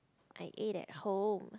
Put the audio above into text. I ate at home